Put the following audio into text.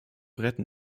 retten